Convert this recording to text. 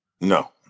No